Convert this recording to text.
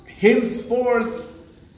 Henceforth